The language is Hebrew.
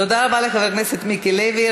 תודה רבה לחבר הכנסת מיקי לוי.